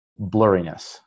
blurriness